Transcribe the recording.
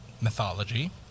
mythology